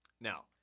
Now